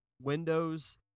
Windows